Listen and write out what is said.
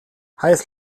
heiß